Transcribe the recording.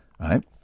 Right